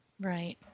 Right